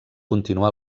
continuà